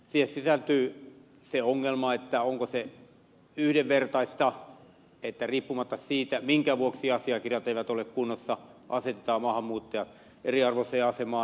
siihen sisältyy se ongelma että onko se yhdenvertaista että riippumatta siitä minkä vuoksi asiakirjat eivät ole kunnossa asetetaan maahanmuuttajat eriarvoiseen asemaan